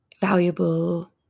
valuable